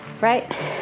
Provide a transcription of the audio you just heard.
right